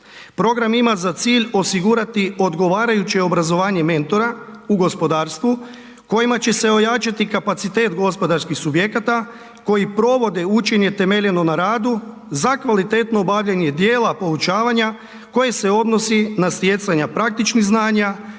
Program ima za cilj osigurati odgovarajuće obrazovanje mentora u gospodarstvu kojima će se ojačati kapacitet gospodarskih subjekata koji provode učenje temeljeno na radu za kvalitetno obavljanje dijela poučavanja koje se odnosi na stjecanja praktičnih znanja,